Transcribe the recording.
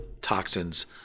toxins